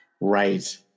Right